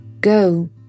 Go